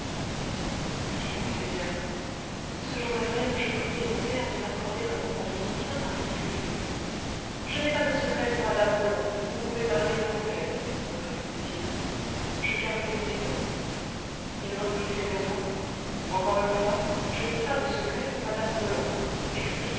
si monseigneur ce jour-là même je priai mon père de m'accorder un moment d'entretien particulier je n'ai pas de secret pour mme roland vous pouvez parler devant elle me répondit-il je gardai le silence il reprit sévèrement encore une fois je n'ai pas de secret pour mme roland